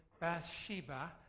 Bathsheba